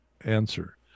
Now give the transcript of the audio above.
answer